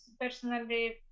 personally